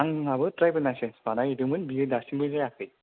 आंहाबो driving licence बानाय हैदोंमोन बियो दासिमबो जायाखै